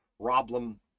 problem